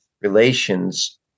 relations